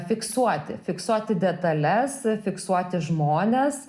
fiksuoti fiksuoti detales fiksuoti žmones